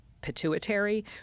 pituitary